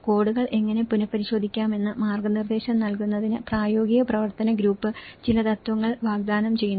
കോഡുകൾ എങ്ങനെ പുനഃപരിശോധിക്കാമെന്ന് മാർഗ്ഗനിർദ്ദേശം നൽകുന്നതിന് പ്രായോഗിക പ്രവർത്തന ഗ്രൂപ്പ് ചില തത്വങ്ങൾ വാഗ്ദാനം ചെയ്യുന്നു